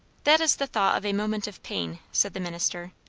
that is the thought of a moment of pain, said the minister.